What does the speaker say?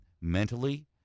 mentally